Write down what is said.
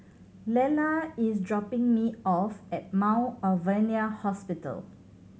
Lella is dropping me off at Mount Alvernia Hospital